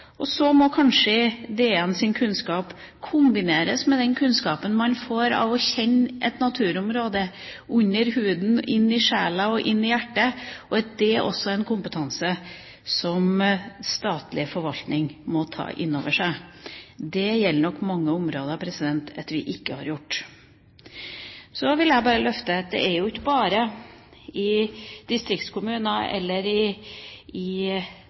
Så må kanskje DNs kunnskap kombineres med den kunnskapen man får av å kjenne et naturområde under huden, inn i sjela og inn i hjertet, og at det også er en kompetanse som den statlige forvaltninga må ta inn over seg. Det gjelder nok for mange områder at vi ikke har gjort det. Så vil jeg bare løfte fram en sak: Det er ikke bare i distriktskommuner eller i